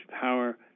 power